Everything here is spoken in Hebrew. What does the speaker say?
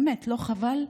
באמת, לא חבל?